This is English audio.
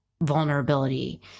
vulnerability